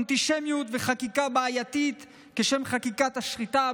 אנטישמיות וחקיקה בעייתית כחקיקת השחיטה,